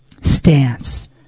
stance